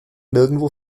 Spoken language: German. nirgendwo